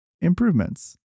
improvements